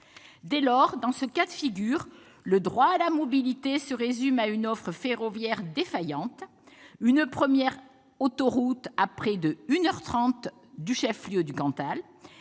Dès lors, dans ce cas de figure, le droit à la mobilité se résume à une offre ferroviaire défaillante, une première autoroute à près d'une heure trente du chef-lieu du Cantal,